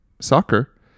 soccer